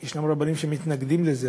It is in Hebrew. שיש רבנים שמתנגדים לזה,